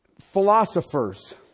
philosophers